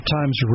Times